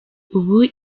uko